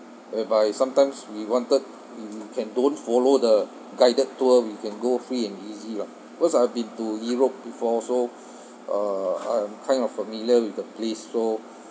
whereby sometimes we wanted we can don't follow the guided tour we can go free and easy lah cause I've been to europe before so uh I am kind of familiar with the place so